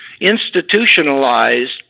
institutionalized